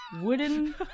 Wooden